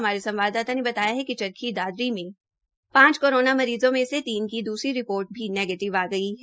हमारे संवाददाता ने बतायाकि चरखी दादरी में पांच मरीज़ों में से तीन की दूसरी रिपोर्ट भी नेगीटिव आ गई है